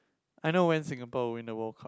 I know when Singapore will win the world